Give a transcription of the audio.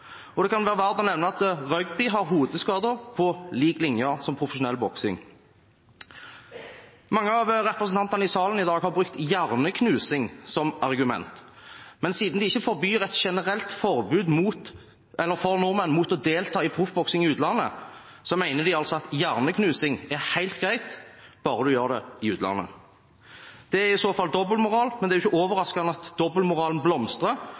Det kan også være verdt å nevne at rugby har hodeskader på lik linje med profesjonell boksing. Mange av representantene i salen i dag har brukt hjerneknusing som argument, men siden det ikke er et generelt forbud for nordmenn mot å delta i proffboksing i utlandet, mener de altså at hjerneknusing er helt greit, bare man gjør det i utlandet. Det er i så fall dobbeltmoral, men det er ikke overraskende at dobbeltmoralen blomstrer,